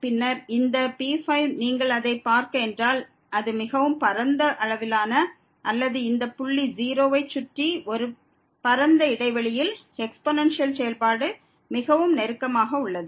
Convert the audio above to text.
பின்னர் இந்த P5 நீங்கள் அதை பார்த்தால் அது மிகவும் பரந்த அளவிலான அல்லது இந்த புள்ளி 0 வை சுற்றி ஒரு பரந்த இடைவெளியில் எக்ஸ்பொனன்சியல் செயல்பாட்டிற்கு மிகவும் நெருக்கமாக உள்ளது